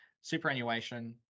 superannuation